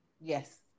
yes